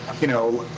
you know,